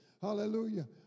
Hallelujah